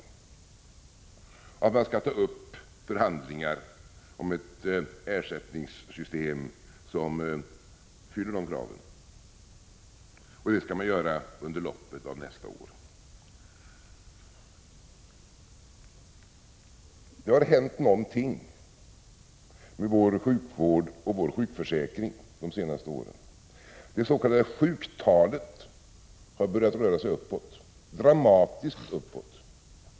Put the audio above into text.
Vi föreslår att man skall ta upp förhandlingar om ett ersättningssystem som fyller dessa krav och att man skall göra det under loppet av nästa år. Det har hänt någonting med vår sjukvård och vår sjukförsäkring de senaste åren. Det s.k. sjuktalet har börjat röra sig uppåt, dramatiskt uppåt.